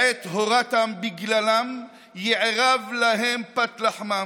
// בעת / הורתם / בגללם / יערב להם פת לחמם.